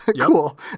Cool